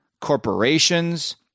corporations